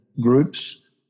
groups